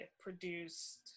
produced